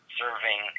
serving